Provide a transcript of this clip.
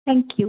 thank you